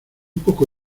poco